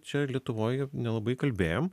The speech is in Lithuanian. čia lietuvoj nelabai kalbėjom